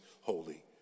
holy